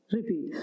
Repeat